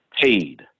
Paid